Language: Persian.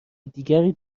دیگری